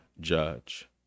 judge